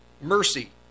Mercy